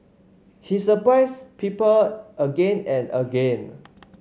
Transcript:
he surprised people again and again